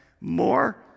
more